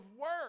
work